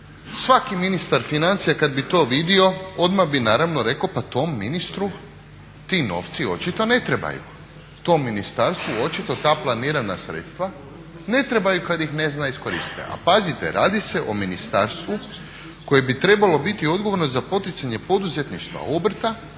Svaki ministar financija kada bi to vidio onda bi naravno rekao pa tom ministru ti novci očito ne trebaju, tom ministarstvu očito ta planirana sredstva ne trebaju kada ih ne zna iskoristiti. A pazite radi se o ministarstvu koje bi trebalo biti odgovorno za poticanje poduzetništva obrta